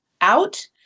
out